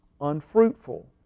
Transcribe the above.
unfruitful